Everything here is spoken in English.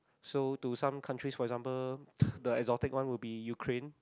so to some countries for example the exotic one will be Ukraine